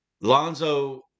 Lonzo